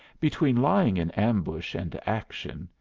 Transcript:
between lying in ambush and action,